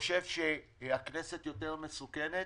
חושב שהכנסת יותר מסוכנת